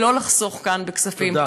ולא לחסוך כאן בכספים.